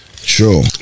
Sure